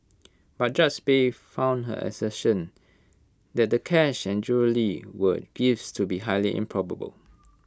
but judge bay found her assertion that the cash and jewellery were gifts to be highly improbable